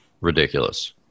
ridiculous